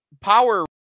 Power